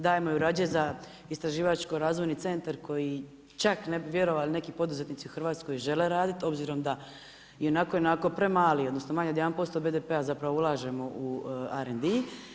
Dajemo ju rađe za istraživačko-razvojni centar koji čak ne bi vjerovali neki poduzetnici u Hrvatskoj žele raditi, obzirom da ionako i onako premali, odnosno manje od 1% BDP zapravo ulažemo u ARENDI.